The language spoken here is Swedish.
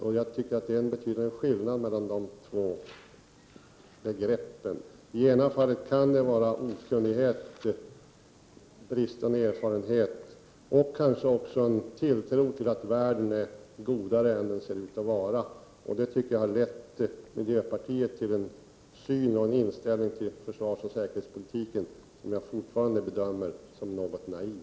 Det är enligt min uppfattning en betydande skillnad mellan dessa två begrepp. I det ena fallet kan det röra sig om okunnighet, bristande erfarenhet och kanske också en tro på att världen är godare än vad den verkligen är. Miljöpartiet har en syn på och en inställning till försvarsoch säkerhetspolitiken som jag fortfarande bedömer som något naiv.